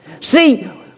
See